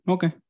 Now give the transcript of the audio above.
Okay